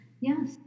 Yes